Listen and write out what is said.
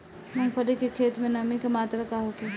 मूँगफली के खेत में नमी के मात्रा का होखे?